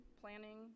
planning